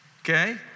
okay